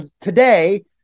today